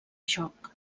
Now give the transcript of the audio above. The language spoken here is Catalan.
joc